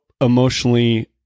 emotionally